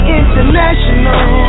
international